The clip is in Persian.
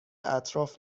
اطراف